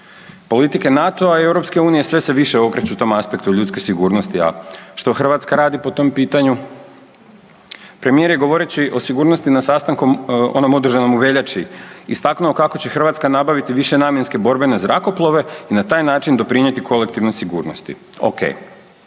Politike NATO-a i Europske unije sve se više okreću tom aspektu ljudske sigurnosti. A što Hrvatska radi po tom pitanju? Premijer je govoreći o sigurnosti na sastanku onom održanom u veljači istaknuo kako će Hrvatska nabaviti višenamjenske borbene zrakoplove i na taj način doprinijeti kolektivnoj sigurnosti.